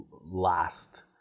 last